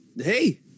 Hey